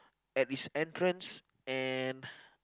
at its entrance and